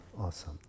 awesome